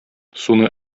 суны